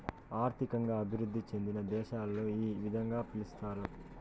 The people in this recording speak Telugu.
ఆర్థికంగా అభివృద్ధి చెందిన దేశాలలో ఈ విధంగా పిలుస్తారు